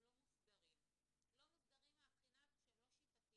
לא מוסדרים מהבחינה הזו שהם לא שיטתיים,